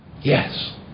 Yes